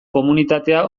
komunitatea